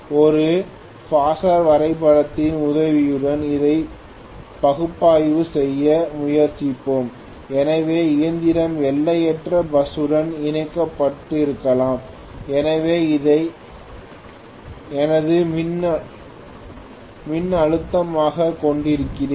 ஒரு ஃபாசர் வரைபடத்தின் உதவியுடன் இதை பகுப்பாய்வு செய்ய முயற்சிப்போம் எனவே இயந்திரம் எல்லையற்ற பஸ் ஸுடன் இணைக்கப்பட்டிருக்கலாம் எனவே இதை எனது மின்னழுத்தமாகக் கொண்டிருக்கிறேன்